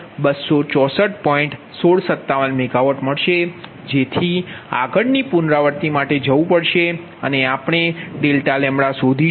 1657MW મળશે જેથી આગળના પુનરાવૃત્તિ માટે જવું પડશે અને આપણે ∆λ શોધીશું